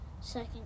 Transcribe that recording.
Second